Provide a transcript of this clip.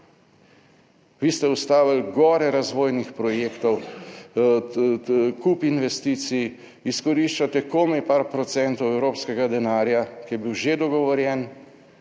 Vi ste ustavili gore razvojnih projektov, kup investicij, izkoriščate komaj par procentov evropskega denarja, ki je bil že dogovorjen,